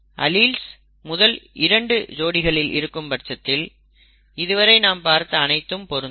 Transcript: alleles முதல் 22 ஜோடிகளில் இருக்கும் பட்சத்தில் இதுவரை நாம் பார்த்த அனைத்தும் பொருந்தும்